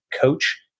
coach